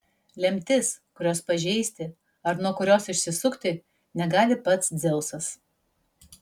lemtis kurios pažeisti ar nuo kurios išsisukti negali pats dzeusas